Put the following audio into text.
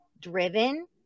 driven